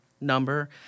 number